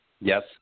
Yes